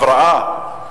הבראה.